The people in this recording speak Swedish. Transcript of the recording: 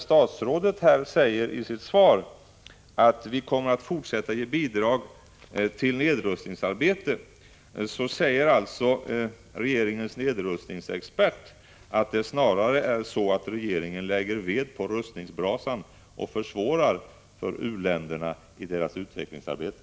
Statsrådet säger i sitt svar att man kommer att fortsätta att ge bidrag till nedrustningsarbetet, medan regeringens nedrustningsexpert anser att det snarare är så att regeringen lägger ved på rustningsbrasan och försvårar för u-länderna i deras utvecklingsarbete.